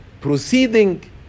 proceeding